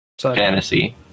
Fantasy